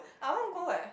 I want to go eh